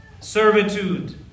servitude